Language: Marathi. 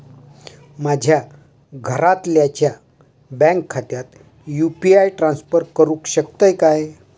माझ्या घरातल्याच्या बँक खात्यात यू.पी.आय ट्रान्स्फर करुक शकतय काय?